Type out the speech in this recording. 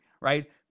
right